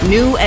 New